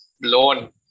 blown